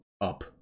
Up